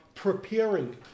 preparing